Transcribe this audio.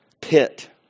pit